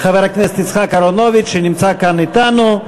חבר הכנסת יצחק אהרונוביץ, שנמצא כאן אתנו.